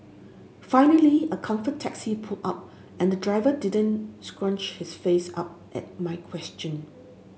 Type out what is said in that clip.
finally a Comfort taxi pulled up and the driver didn't scrunch his face up at my question